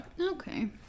Okay